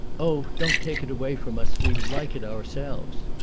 oh, don't take it away from us we like it ourselves!